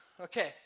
Okay